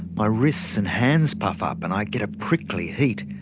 my wrists and hands puff up and i get a prickly heat,